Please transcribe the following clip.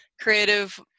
creative